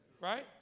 Right